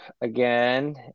again